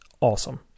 awesome